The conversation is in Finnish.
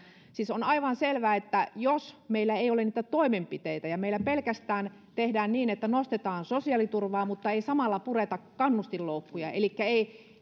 siis on aivan selvä että jos meillä ei ole niitä toimenpiteitä ja meillä pelkästään tehdään niin että nostetaan sosiaaliturvaa mutta ei samalla pureta kannustinloukkuja elikkä ei